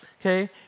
okay